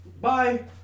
bye